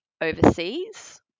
overseas –